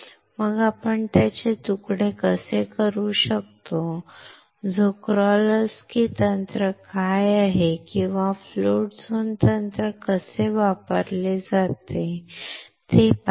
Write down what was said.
मग आपण त्याचे तुकडे कसे करू शकतो झोक्राल्स्की तंत्र काय आहे किंवा फ्लोट झोन तंत्र कसे वापरले जाते ते पाहिले